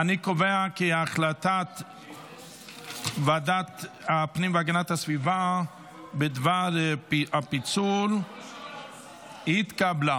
הצעת ועדת הפנים והגנת הסביבה בדבר פיצול הצעת חוק התוכנית הכלכלית